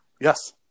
Yes